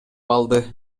алды